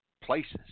places